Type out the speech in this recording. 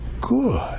good